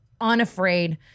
unafraid